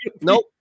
Nope